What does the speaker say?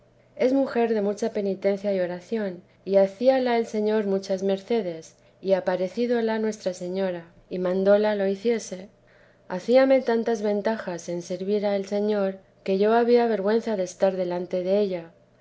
es mujer de mucha penitencia y oración y hacíala el señor muchas mercedes y aparecióle nuestra señora y mandóla lo hiciese hacíame tantas ventajas en servir al señor que yo había vergüenza de estar delante della